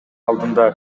алдында